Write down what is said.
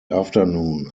afternoon